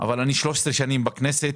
אבל 13 שנים אני בכנסת.